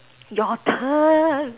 your turn